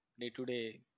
day-to-day